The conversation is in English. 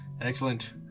Excellent